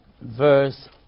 verse